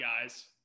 guys